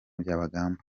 byabagamba